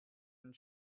and